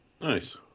nice